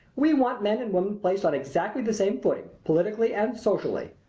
we want men and women placed on exactly the same footing, politically and socially.